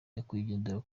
nyakwigendera